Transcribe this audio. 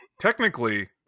Technically